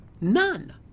None